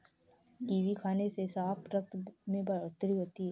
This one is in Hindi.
कीवी खाने से साफ रक्त में बढ़ोतरी होती है